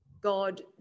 god